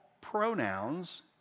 pronouns